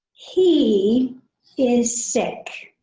he is sick.